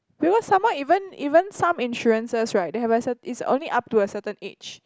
because some more even even some insurances right they have a certain it's only up to a certain age